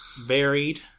varied